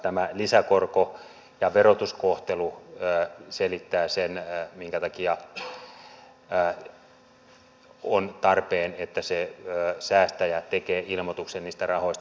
tämä lisäkorko ja verotuskohtelu selittävät sen minkä takia on tarpeen että säästäjä tekee ilmoituksen niistä rahoista